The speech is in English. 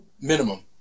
Minimum